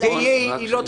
רק שנייה.